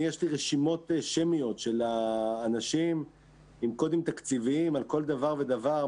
יש לי רשימות שמיות של האנשים עם קודים תקציביים על כל דבר ודבר,